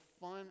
fun